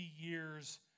years